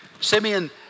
Simeon